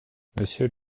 monsieur